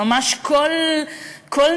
שממש כל ניצוץ,